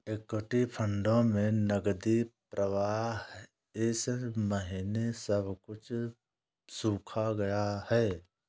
equity फंडों में नकदी प्रवाह इस महीने सब कुछ सूख गया है